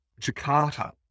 Jakarta